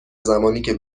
زمانیکه